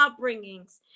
upbringings